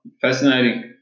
Fascinating